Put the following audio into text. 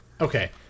Okay